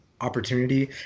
opportunity